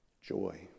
joy